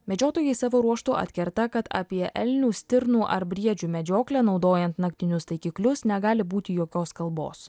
medžiotojai savo ruožtu atkerta kad apie elnių stirnų ar briedžių medžioklę naudojant naktinius taikiklius negali būti jokios kalbos